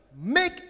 make